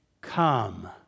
Come